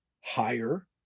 higher